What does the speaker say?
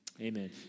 Amen